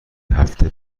هفته